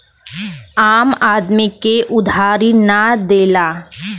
आम आदमी के उधारी ना देला